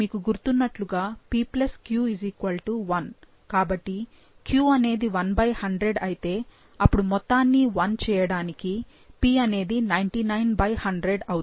కాబట్టి q అనేది 1100 అయితే అపుడు మొత్తాన్ని 1 చేయడానికి p అనేది 99100 అవుతుంది